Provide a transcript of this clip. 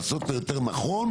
לעשות אותו יותר נכון,